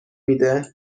میده